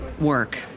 work